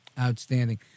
Outstanding